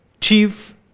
chief